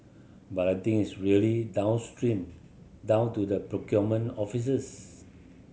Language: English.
but I think it's really downstream down to the procurement offices